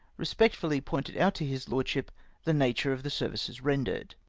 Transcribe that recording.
respectfully pointed out to his lordship the nature of the services rendered.